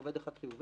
עובד אחד חיובי